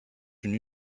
une